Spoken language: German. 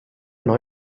neu